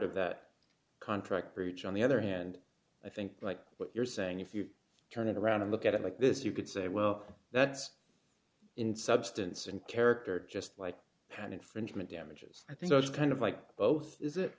of that contract breach on the other hand i think like what you're saying if you turn it around and look at it like this you could say well that's in substance and character just like pan infringement damages i think it's kind of like both is it